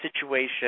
situation